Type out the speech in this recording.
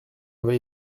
avait